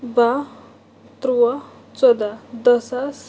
باہ تُرٛواہ ژۄدَہ دَہ ساس